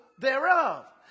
thereof